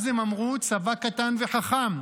אז הם אמרו "צבא קטן וחכם",